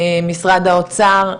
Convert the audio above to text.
משרד האוצר,